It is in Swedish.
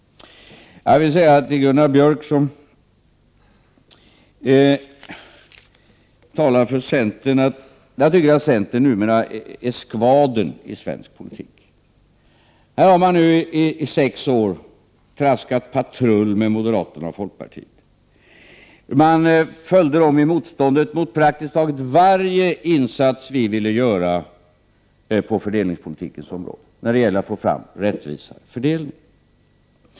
Jag vill säga till Gunnar Björk, som talar för centern, att jag tycker att centern numera är skvadern i svensk politik. Här har man i sex år traskat patrull med moderaterna och folkpartiet. Man följde dem i motståndet mot praktiskt taget varje insats som vi ville göra på fördelningspolitikens område när det gällde att få till stånd en rättvisare fördelning.